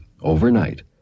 Overnight